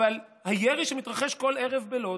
אבל הירי שמתרחש בכל ערב בלוד,